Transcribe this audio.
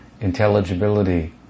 intelligibility